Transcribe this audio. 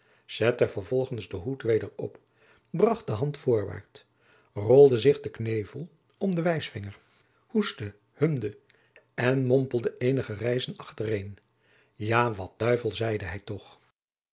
zette vervolgens den hoed weder op bracht de hand voorwaart rolde zich den knevel om den wijsvinger hoestte hemde en mompelde eenige reizen achtereen ja wat duivel zeide hij toch